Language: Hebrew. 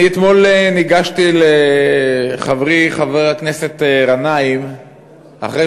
אני ניגשתי אתמול לחברי חבר הכנסת גנאים אחרי